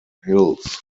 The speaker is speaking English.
hills